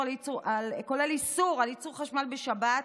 כולל איסור על ייצור חשמל בשבת,